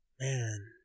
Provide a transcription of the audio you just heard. Man